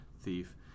thief